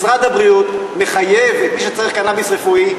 משרד הבריאות מחייב את מי שצריך קנאביס רפואי,